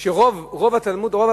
שרוב התלמוד-תורה,